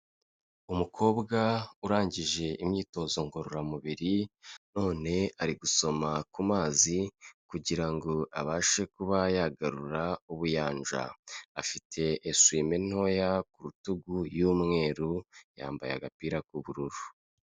Umukobwa urangije imyitozo ngororamubiri, none ari gusoma ku mazi kugira ngo abashe kuba yagarura ubuyanja, afite esuwime ntoya ku rutugu y'umweru, yambaye agapira k'ubururu.